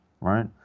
right